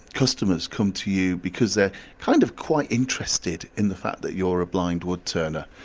customers, come to you because they're kind of quite interested in the fact that you're a blind wood turner?